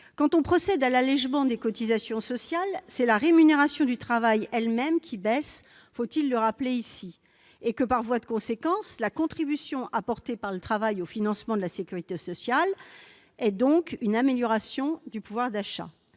Quand on procède à l'allégement des cotisations sociales, c'est la rémunération du travail elle-même qui baisse- faut-il le rappeler ici ? Par voie de conséquence, la contribution apportée par le travail au financement de la sécurité sociale constitue une amélioration du pouvoir d'achat.